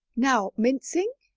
now, mincing?